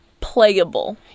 playable